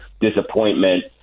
disappointment